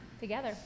together